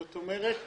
זאת אומרת,